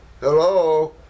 Hello